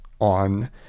on